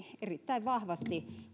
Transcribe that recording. erittäin vahvasti